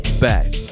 back